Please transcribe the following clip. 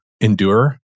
endure